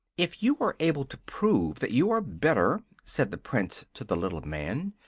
if you are able to prove that you are better, said the prince to the little man,